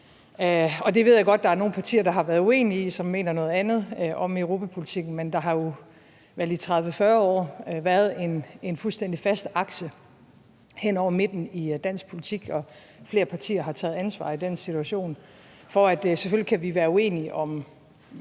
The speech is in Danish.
Det ved jeg godt at der er nogle partier der har været uenige i, som mener noget andet om europapolitikken. Men der har jo vel i 30-40 år været en fuldstændig fast akse hen over midten i dansk politik, og flere partier har taget ansvar i den situation. For selvfølgelig kan vi være uenige om